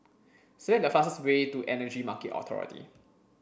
select the fastest way to Energy Market Authority